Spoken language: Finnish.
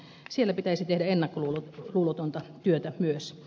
siellä pitäisi tehdä ennakkoluulotonta työtä myös